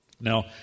Now